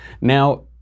Now